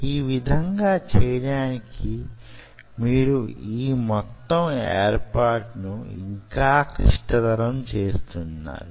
ఈ విధంగా చేయడానికి మీరు యీ మొత్తం ఏర్పాటును యింకా క్లిష్టతరం చేస్తున్నారు